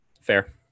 Fair